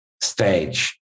stage